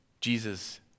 Jesus